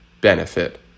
benefit